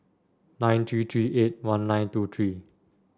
nine three three eight one nine two three